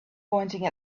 pointing